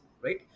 right